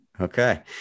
Okay